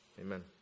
Amen